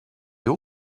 all